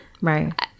right